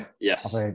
Yes